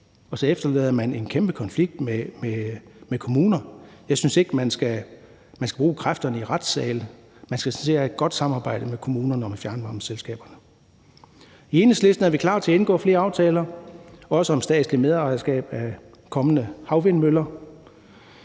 og så efterlader man en kæmpe konflikt med kommunerne. Jeg synes ikke, man skal bruge kræfterne i retssale. Man skal sådan set have et godt samarbejde med kommunerne og med fjernvarmeselskaberne. I Enhedslisten er vi klar til at indgå flere aftaler, også om statsligt medejerskab af kommende havvindmøller.